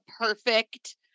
perfect